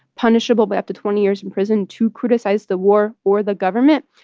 punishable by up to twenty years in prison, to criticize the war or the government,